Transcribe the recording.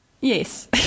Yes